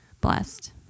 Blessed